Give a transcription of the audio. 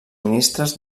ministres